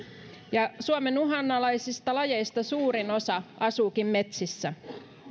ja suomen uhanalaisista lajeista suurin osa asuukin metsissä